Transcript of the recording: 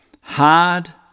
hard